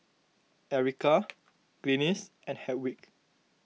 Erika Glynis and Hedwig